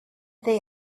they